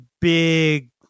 big